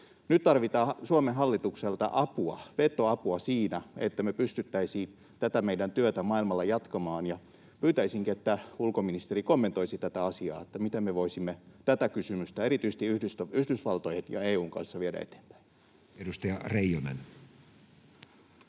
Nyt tarvitaan Suomen hallitukselta apua, vetoapua, siinä, että me pystyttäisiin tätä meidän työtä maailmalla jatkamaan. Pyytäisinkin, että ulkoministeri kommentoisi tätä asiaa, miten me voisimme tätä kysymystä erityisesti Yhdysvaltojen ja EU:n kanssa viedä eteenpäin. [Speech